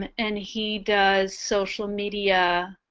and he does social media